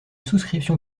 souscription